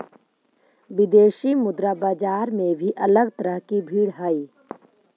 विदेशी मुद्रा बाजार में भी अलग तरह की भीड़ हई